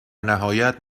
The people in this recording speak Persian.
نهایت